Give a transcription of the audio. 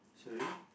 sorry